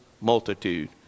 multitude